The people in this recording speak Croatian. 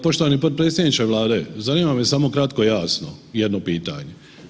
Poštovani potpredsjedniče Vlade, zanima me samo kratko i jasno, jedno pitanje.